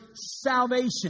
salvation